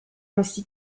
ainsi